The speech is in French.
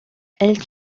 elle